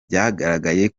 byagaragaye